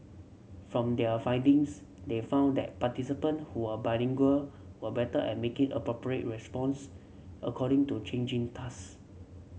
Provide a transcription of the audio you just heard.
from their findings they found that participant who are bilingual were better at making appropriate response according to changing task